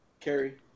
Kerry